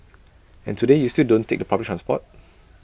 and today you still don't take public transport